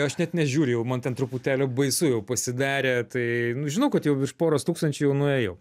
aš net nežiūriu jau man ten truputėlį baisu jau pasidarė tai nu žinau kad jau virš poros tūkstančių jau nuėjau